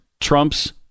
Trump's